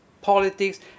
politics